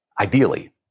Ideally